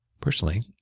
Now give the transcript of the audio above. Personally